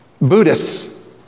Buddhists